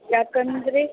ಯಾಕಂದರೆ